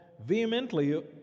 vehemently